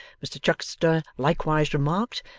mr chuckster likewise remarked,